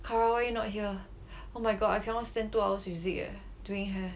cara wei not here oh my god I cannot stand two hours with zeke eh doing hair